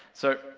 so,